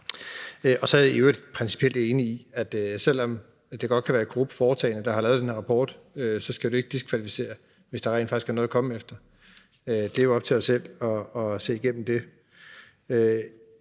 Jeg er i øvrigt principielt enig i, at selv om det godt kan være et korrupt foretagende, der har lavet den rapport, så skal det jo ikke diskvalificere den, hvis der rent faktisk er noget at komme efter. Det er jo op til os selv at se igennem det.